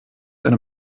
eine